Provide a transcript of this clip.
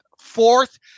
fourth